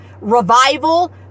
Revival